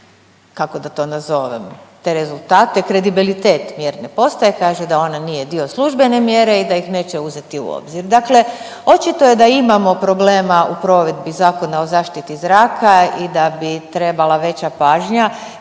kako da to nazovemo te rezultate, kredibilitet mjerne postaje, kaže da ona nije dio službene mjere i da ih neće uzeti u obzir. Dakle, očito je da imamo problema u provedbi Zakona o zaštiti zraka i da bi trebala veća pažnja